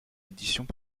éditions